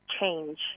change